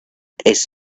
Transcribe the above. this